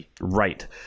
right